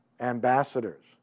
ambassadors